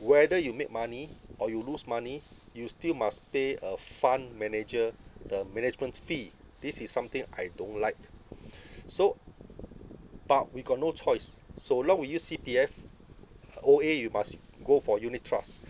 whether you make money or you lose money you still must pay a fund manager the management fee this is something I don't like so but we got no choice so long we use C_P_F O_A you must go for unit trust